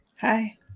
Hi